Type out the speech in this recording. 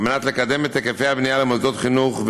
על מנת לקדם את היקפי הבנייה במוסדות חינוך.